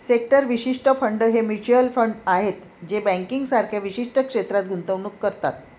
sector विशिष्ट fund हे mutual fund आहेत जे बँकिंग सारख्या विशिष्ट क्षेत्रात गुंतवणूक करतात